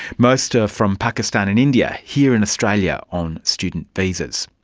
most are from pakistan and india, here in australia on student visas.